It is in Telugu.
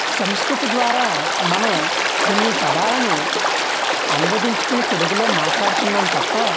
సంస్కృతి ద్వారా మనం కొన్ని పదాలను అనువదించుకొని తెలుగులో మాట్లాడుతున్నాం తప్ప